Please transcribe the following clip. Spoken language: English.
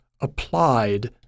applied